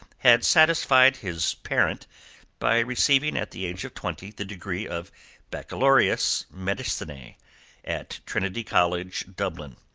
had satisfied his parent by receiving at the age of twenty the degree of baccalaureus medicinae at trinity college, dublin.